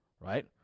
right